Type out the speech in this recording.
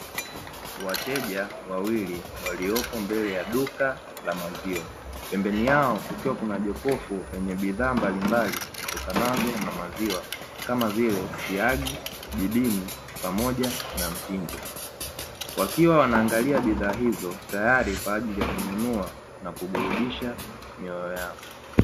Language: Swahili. Wateja wawili waliopo mbele ya duka la maziwa, pembeni yao kukiwa na jokofu yenye bidhaa mbali mbali zitokanazo na maziwa kama vile, siagi, jibini pamoja na mtindi. Wakiwa wana angalia bidhaa hizo tayari kwa ajili kununua na kuburudisha mioyo yao.